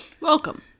Welcome